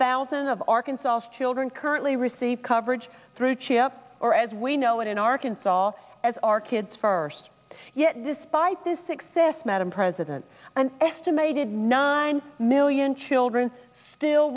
thousand of arkansas children currently receive coverage through chip or as we know it in arkansas as our kids first yet despite this success madam president an estimated nine million children still